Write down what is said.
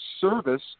service